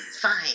Fine